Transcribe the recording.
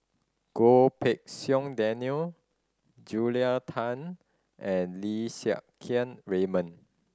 Goh Pei Siong Daniel Julia Tan and Lim Siang Keat Raymond